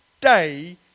day